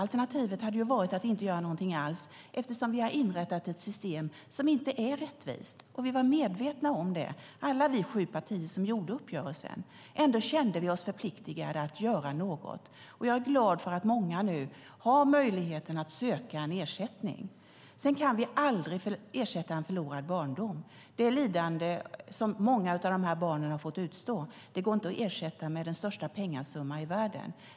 Alternativet hade ju varit att inte göra någonting alls, eftersom vi har inrättat ett system som inte är rättvist. Vi var medvetna om det, alla vi sju partier som gjorde uppgörelsen. Ändå kände vi oss förpliktade att göra något. Jag är glad för att många nu har möjligheten att söka ersättning. Sedan kan vi aldrig ersätta en förlorad barndom. Det lidande som många av dessa barn har fått utstå går inte att ersätta med den största pengasumma i världen.